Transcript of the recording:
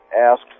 asked